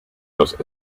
los